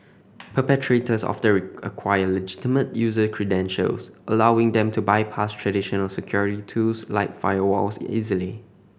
perpetrators often acquire legitimate user credentials allowing them to bypass traditional security tools like firewalls easily